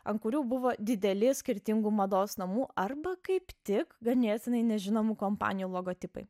an kurių buvo dideli skirtingų mados namų arba kaip tik ganėtinai nežinomų kompanijų logotipai